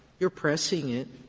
you're pressing it.